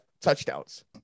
touchdowns